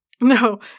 no